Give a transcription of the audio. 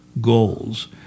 goals